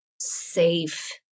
safe